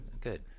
Good